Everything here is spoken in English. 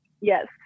yes